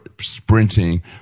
sprinting